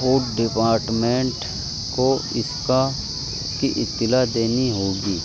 food department کو اس کا کی اطلاع دینی ہوگی